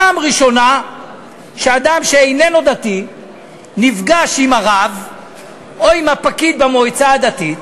זו פעם ראשונה שאדם שאיננו דתי נפגש עם הרב או עם הפקיד במועצה הדתית,